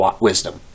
wisdom